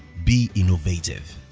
be innovative